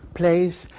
place